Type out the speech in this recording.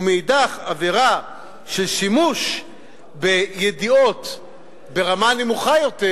ומאידך, עבירה של שימוש בידיעות ברמה נמוכה יותר,